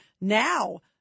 Now